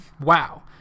Wow